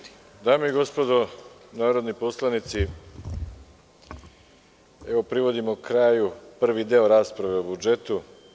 Dame i gospodo narodni poslanici, evo privodimo kraju prvi deo rasprave o budžetu.